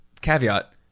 caveat